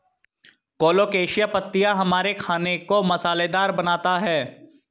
colocasia पत्तियां हमारे खाने को मसालेदार बनाता है